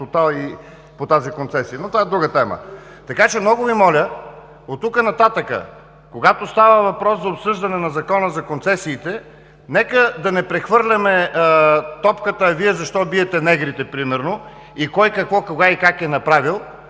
Това е друга тема.